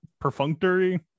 Perfunctory